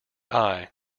aye